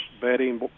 betting